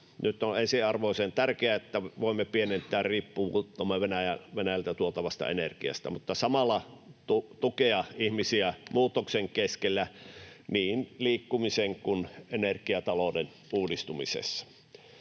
Nyt on ensiarvoisen tärkeää, että voimme pienentää riippuvuuttamme Venäjältä tuotavasta energiasta mutta samalla tukea ihmisiä muutoksen keskellä niin liikkumisen kuin energiatalouden uudistumisessa.